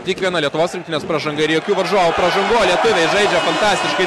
tik viena lietuvos rinktinės pražanga ir jokių varžovų pražangų o lietuviai žaidžia fantastiškai